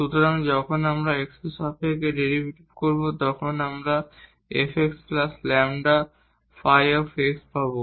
সুতরাং যখন আমরা x এর সাপেক্ষে ডেরিভেটিভ করবো তখন আমরা fxλ ϕx পাব